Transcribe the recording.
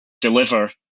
deliver